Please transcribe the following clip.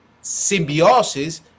symbiosis